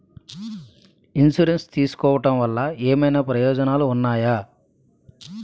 Insurance తీసుకోవటం వల్ల ఏమైనా ప్రయోజనాలు ఉన్నాయా?